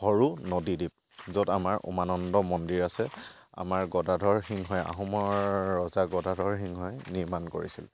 সৰু নদী দ্বীপ য'ত আমাৰ উমানন্দ মন্দিৰ আছে আমাৰ গদাধৰ সিংহই আহোমৰ ৰজা গদাধৰ সিংহই নিৰ্মাণ কৰিছিল